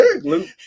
Luke